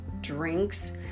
drinks